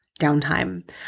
downtime